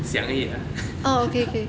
想而已啊